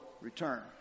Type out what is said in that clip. return